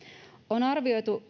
on arvioitu